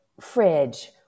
fridge